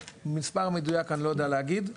מספר מדויק אני לא יודע להגיד,